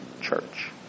church